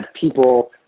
people